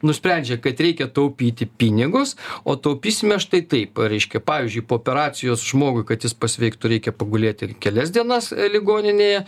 nusprendžia kad reikia taupyti pinigus o taupysime štai taip reiškia pavyzdžiui po operacijos žmogui kad jis pasveiktų reikia pagulėti kelias dienas ligoninėje